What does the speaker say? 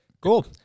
cool